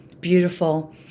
Beautiful